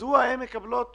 מדוע הן מקבלות